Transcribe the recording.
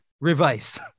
revise